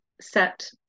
set